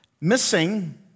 Missing